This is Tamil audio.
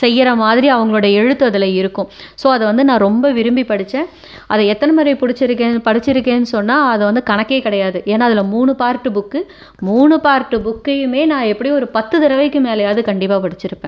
செய்கிற மாதிரி அவர்களோட எழுத்து அதில் இருக்கும் ஸோ அது வந்து நான் ரொம்ப விரும்பி படித்தேன் அதை எத்தனை முறை பிடிச்சிருக்கேன் படித்திருக்கேன் சொன்னால் அது வந்து கணக்கே கிடையாது ஏன்னா அதில் மூணு பார்ட் புக் மூணு பார்ட் புக்கையுமே நான் எப்படியும் ஒரு பத்து தடவைக்கு மேலேயாவது கண்டிப்பாக படித்திருப்பேன்